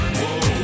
whoa